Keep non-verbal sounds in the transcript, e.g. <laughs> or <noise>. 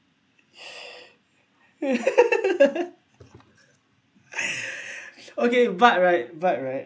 <laughs> okay but right but right